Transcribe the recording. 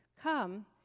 Come